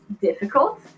difficult